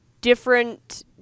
different